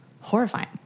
horrifying